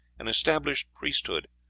an established priesthood,